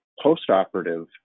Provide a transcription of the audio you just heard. post-operative